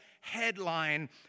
headline